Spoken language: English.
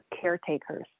caretakers